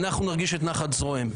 אנחנו נרגיש את נחת זרועם.